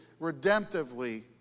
redemptively